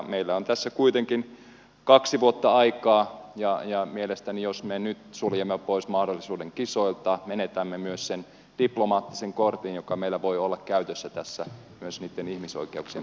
meillä on tässä kuitenkin kaksi vuotta aikaa ja mielestäni jos me nyt suljemme pois mahdollisuuden kisoilta menetämme myös sen diplomaattisen kortin joka meillä voi olla käytössä tässä myös niitten ihmisoikeuksien parantamiseen